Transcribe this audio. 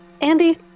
Andy